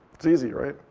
it's easy, right?